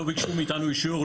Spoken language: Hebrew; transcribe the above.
לא ביקשו מאיתנו אישור.